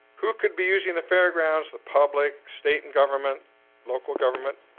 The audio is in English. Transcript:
who could be using the fairgrounds the public state and government local government?